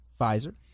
Pfizer